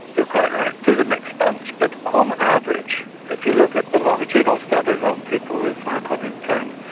you're quite right, it is a mixed bunch but on average if you look at the longitudinal studies on people with mild cognitive um